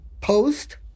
post